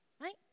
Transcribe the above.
right